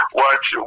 watch